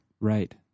Right